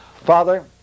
Father